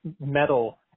metal